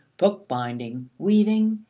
book-binding, weaving,